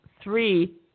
three